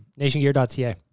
NationGear.ca